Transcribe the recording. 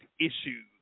issues